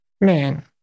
man